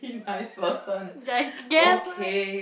uh I guess like